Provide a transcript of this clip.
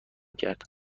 کرد